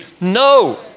No